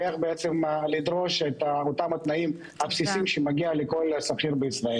ואיך לדרוש את התנאים הבסיסים שמגיעים לכל שכיר בישראל.